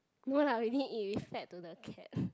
more like we think it is fed to the cat